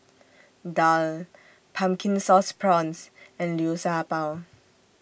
Daal Pumpkin Sauce Prawns and Liu Sha Bao